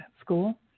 school